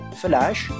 flash